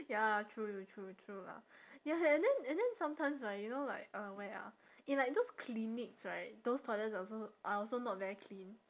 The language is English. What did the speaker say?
ya true true true true lah ya and then and then sometimes right you know like uh where ah in like those clinics right those toilets are also are also not very clean